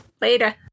Later